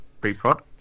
Pre-prod